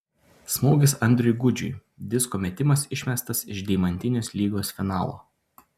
smūgis andriui gudžiui disko metimas išmestas iš deimantinės lygos finalo